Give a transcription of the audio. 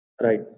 Right